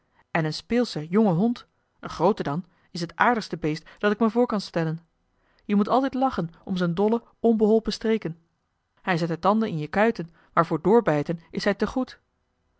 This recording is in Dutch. en een speelsche jonge hond een groote dan is t aardigste beest dat ik me voor kan stellen je moet altijd lachen om z'n dolle onbeholpen streken hij zet de tanden in je kuiten maar voor doorbijten is hij